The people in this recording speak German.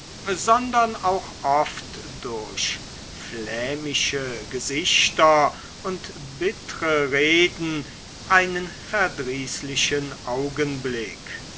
sondern auch oft durch flämische gesichter und bittre reden einen verdrießlichen augenblick